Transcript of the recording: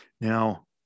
Now